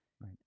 Right